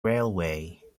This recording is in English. railway